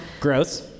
Gross